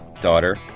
daughter